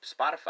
Spotify